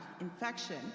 infection